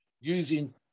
using